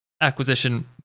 acquisition